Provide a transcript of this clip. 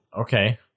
Okay